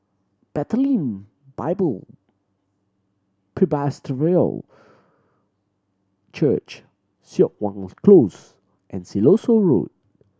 Bethlehem Bible Presbyterian Church Siok Wan Close and Siloso Road